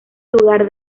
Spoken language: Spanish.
lugar